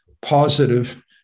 positive